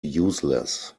useless